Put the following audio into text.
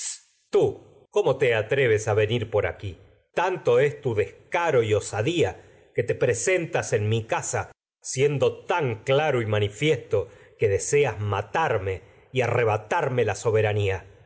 tú cómo te atreves que a venir por aquí en tanto casa y es tu descaro y osadía y te presentas mi siendo tan claro manifiesto que deseas matarme ea dime has ese por arrebatarme la soberanía